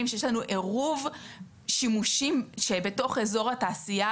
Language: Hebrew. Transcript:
שיש לנו עירוב שימושים בתוך אזור התעשייה,